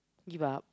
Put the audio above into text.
give up